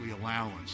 allowance